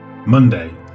monday